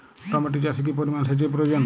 Tomato চাষে কি পরিমান সেচের প্রয়োজন?